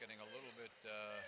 getting a little bit